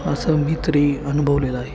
असं मी तरी अनुभवलेलं आहे